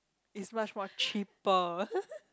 is much more cheaper